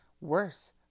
worse